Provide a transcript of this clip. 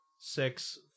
six